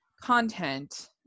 content